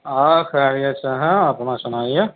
آ خیریت سے ہیں اپنا سُنائیے